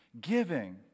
giving